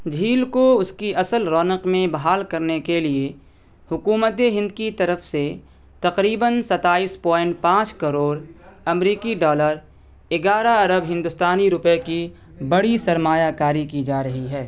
جھیل کو اس کی اصل رونق میں بحال کرنے کے لیے حکومت ہند کی طرف سے تقریباً ستائیس پوائنٹ پانچ کروڑ امریکی ڈالر اگیارہ ارب ہندوستانی روپئے کی بڑی سرمایہ کاری کی جا رہی ہے